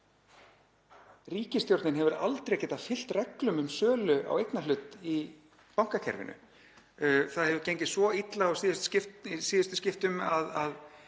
Ríkisstjórnin hefur aldrei getað fylgt reglum um sölu á eignarhlut í bankakerfinu. Það hefur gengið svo illa í síðustu skiptin að